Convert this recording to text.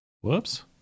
Whoops